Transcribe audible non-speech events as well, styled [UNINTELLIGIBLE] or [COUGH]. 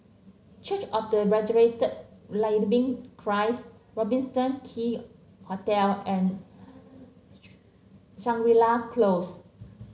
church of the Resurrected Living Christ Robertson Quay Hotel and [UNINTELLIGIBLE] Shangri La Close